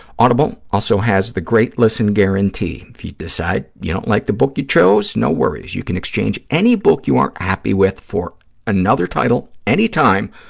audible also has the great-listen guarantee. if you decide you don't like the book you chose, no worries. you can exchange any book you aren't happy with for another title anytime,